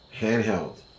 Handheld